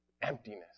Emptiness